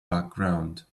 background